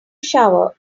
shower